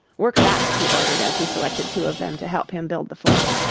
work fast, he ordered as he selected two of them to help him build the fort.